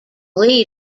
lead